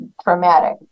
traumatic